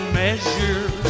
measure